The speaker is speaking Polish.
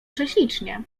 prześlicznie